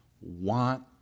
want